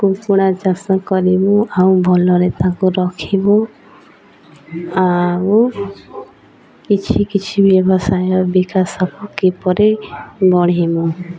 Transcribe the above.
କୁକୁଡ଼ା ଚାଷ କରିବୁ ଆଉ ଭଲରେ ତାକୁ ରଖିବୁ ଆଉ କିଛି କିଛି ବ୍ୟବସାୟ ବିକାଶକୁ କିପରି ବଢ଼ିବୁ